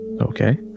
Okay